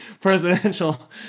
presidential